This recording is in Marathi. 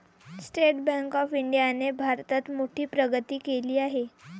स्टेट बँक ऑफ इंडियाने भारतात मोठी प्रगती केली आहे